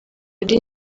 ari